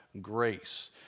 grace